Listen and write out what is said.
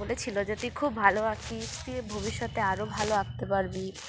বলেছিল যে তুই খুব ভালো আঁকিস তু ভবিষ্যতে আরও ভালো আঁকতে পারবি